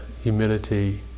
Humility